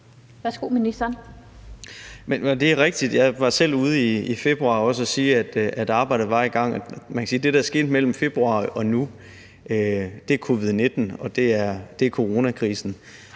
(Simon Kollerup): Det er rigtigt. Jeg var selv ude i februar også og sige, at arbejdet var i gang. Man kan sige, at det, der er sket mellem februar og nu, er covid-19, og det er coronakrisen.